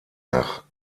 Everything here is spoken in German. nach